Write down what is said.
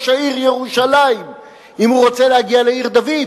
העיר ירושלים אם הוא רוצה להגיע לעיר-דוד.